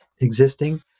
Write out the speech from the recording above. existing